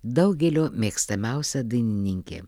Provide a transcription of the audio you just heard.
daugelio mėgstamiausia dainininkė